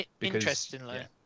Interestingly